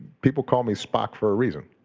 people call me spock for a reason.